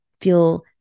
feel